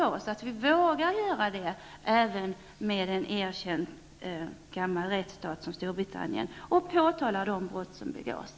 Det är viktigt att vi vågar göra det, även gentemot en erkänd gammal rättsstat som Storbritannien, och påtala de brott som begås.